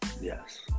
Yes